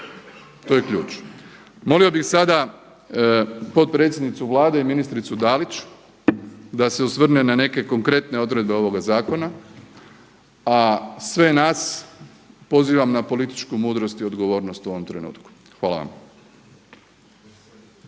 to je ključ. Molio bih sada potpredsjednicu Vlade i ministricu Dalić da se osvrne na neke konkretne odredbe ovoga zakona, a sve nas pozivam na političku mudrost i odgovornost u ovom trenutku. Hvala vam.